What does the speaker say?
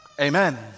Amen